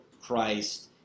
Christ